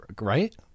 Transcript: right